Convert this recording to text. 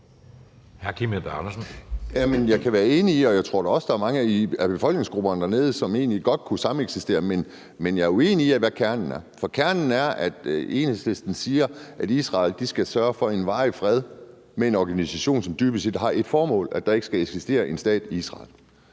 Jeg kan være enig i det, og jeg tror da også, at der er mange af befolkningsgrupperne dernede, som egentlig godt kunne sameksistere. Men jeg er uenig, i forhold til hvad kernen er, for kernen er, at Enhedslisten siger, at Israel skal sørge for en varig fred med en organisation, som dybest set har ét formål, nemlig at staten Israel